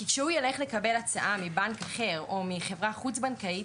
כי כשהוא ילך לקבל הצעה מבנק אחר או מחברה חוץ בנקאית,